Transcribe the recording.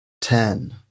Ten